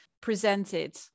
presented